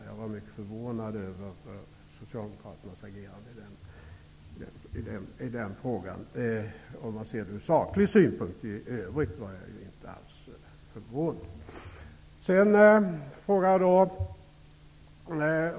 Jag var mycket förvånad över Socialdemokraternas agerande i den frågan, om man ser det ur saklig synpunkt. I övrigt var jag inte alls förvånad.